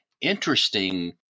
interesting